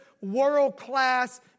world-class